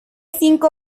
cinco